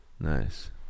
Nice